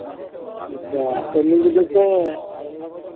ᱟᱪᱪᱷᱟ ᱜᱮᱫᱚ ᱯᱮ